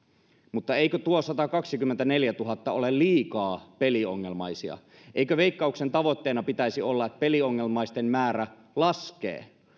mutta eikö tuo satakaksikymmentäneljätuhatta ole liikaa peliongelmaisia eikö veikkauksen tavoitteena pitäisi olla että peliongelmaisten määrä laskee